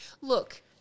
Look